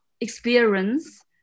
experience